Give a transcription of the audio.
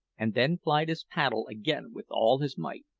and then plied his paddle again with all his might.